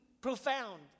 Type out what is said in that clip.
profound